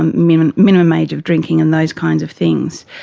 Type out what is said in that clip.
um minimum minimum age of drinking and those kinds of things.